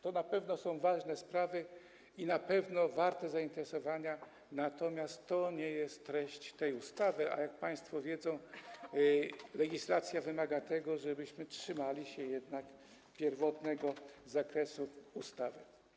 To są na pewno ważne sprawy i na pewno warte zainteresowania, natomiast to nie jest treść tej ustawy, a jak państwo wiedzą, legislacja wymaga tego, żebyśmy trzymali się jednak pierwotnego zakresu ustawy.